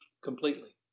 completely